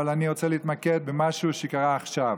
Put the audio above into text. אבל אני רוצה להתמקד במשהו שקרה עכשיו.